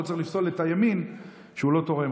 ולא צריך לפסול את הימין שהוא לא תורם,